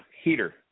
Heater